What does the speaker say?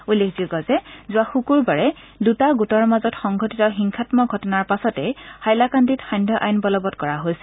উল্লেখযোগ্য যে যোৱা শুকুৰবাৰে দুটা গোটৰ মাজত সংঘটিত হিংসামক ঘটনাৰ পাচতে হাইলাকান্দিত সান্ধ্য আইন বলবৎ কৰা হৈছিল